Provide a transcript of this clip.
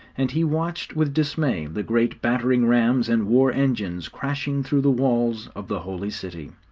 and he watched with dismay the great battering-rams and war engines crashing through the walls of the holy city.